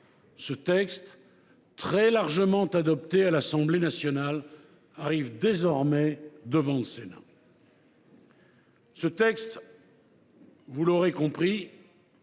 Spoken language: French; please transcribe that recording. Le texte, très largement adopté à l’Assemblée nationale, arrive désormais devant le Sénat. Vous l’aurez compris,